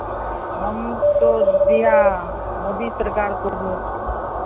आ हम तो दिया मोदी सरकार को वोट